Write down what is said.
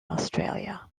australia